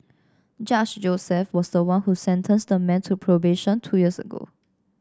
Judge Joseph was the one who sentenced the man to probation two years ago